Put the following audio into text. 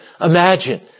imagine